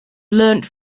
learned